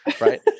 right